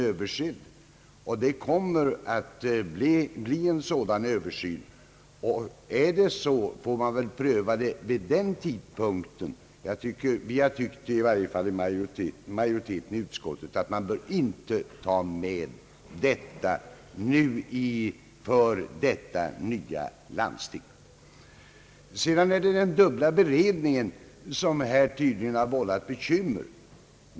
En sådan översyn kommer också att göras, och det hela får prövas när den är klar. Vi inom utskottsmajoriteten har ansett att dessa regler inte bör tas med för det nya landstinget. Den dubbla beredningen har tydligen vållat bekymmer.